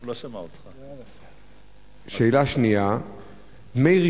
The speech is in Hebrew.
2. דמי רישום,